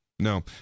No